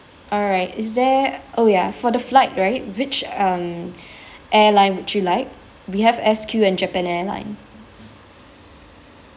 alright is there oh ya for the flight right which um airline would you like we have S_Q and japan airline